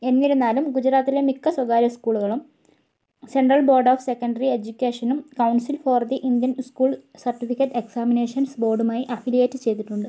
എന്നിരുന്നാലും ഗുജറാത്തിലെ മിക്ക സ്വകാര്യ സ്കൂളുകളും സെൻട്രൽ ബോർഡ് ഓഫ് സെക്കൻഡറി എജ്യുക്കേഷനും council for the Indian school certificate examinations ബോർഡുമായി അഫിലിയേറ്റ് ചെയ്തിട്ടുണ്ട്